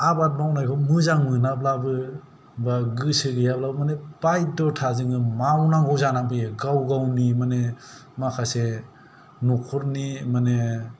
आबाद मावनायखौ मोजां मोनाब्लाबो बा गोसो गैयाब्लाबो बायध्दथा जोङो मावनांगौ जानानै फैयो गाव गावनि माने माखासे न'खरनि माने